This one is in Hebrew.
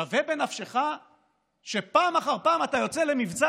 שווה בנפשך שפעם אחר פעם אתה יוצא למבצע